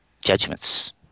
judgments